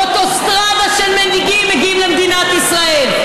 אוטוסטרדה של מנהיגים מגיעים למדינת ישראל.